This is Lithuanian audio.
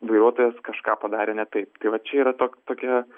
vairuotojas kažką padarė ne taip tai va čia yra tok tokia